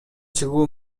чыгуу